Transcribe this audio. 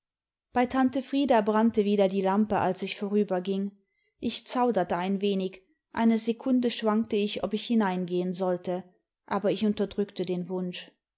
bei tante frieda brannte wieder die lampe als ich vorüberging ich zauderte ein wenig eine sekunde schwankte ich ob ich hineingehen sollte aber ich imterdrückte den wunsch